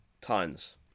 tons